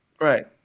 Right